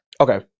Okay